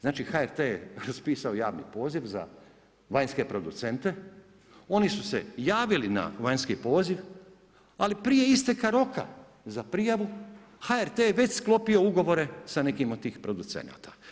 Znači HRT je raspisao javni poziv za vanjske producente, oni su se javili na vanjski poziv, ali prije isteka roka za prijavu HRT je već sklopio ugovore sa nekim od tih producenata.